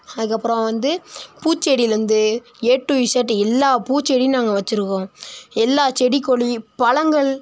அதுக்கப்பறம் வந்து பூச்செடியிலேருந்து ஏ டூ இஷட் எல்லாம் பூச்செடியும் நாங்கள் வச்சிருக்கோம் எல்லாம் செடி கொடி பழங்கள்